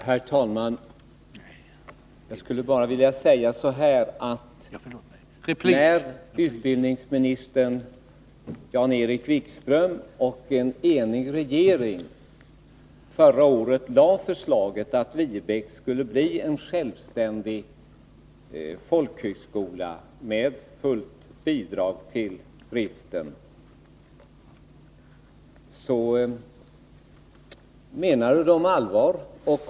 Herr talman! När utbildningsministern Jan-Erik Wikström och en enig regering förra året framlade förslag om att Viebäck skulle bli en självständig folkhögskola med fullt bidrag till driften, menade man allvar.